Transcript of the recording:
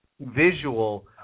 visual